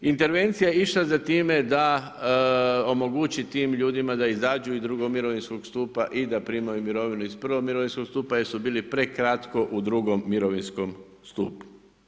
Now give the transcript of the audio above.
Intervencija je išla za time da omogući tim ljudima da izađu iz II mirovinskog stupa i da primaju mirovinu iz I mirovinskog stupa jer su bili prekratko u drugom mirovinskom stupu.